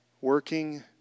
working